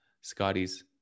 Scotty's